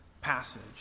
passage